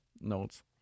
notes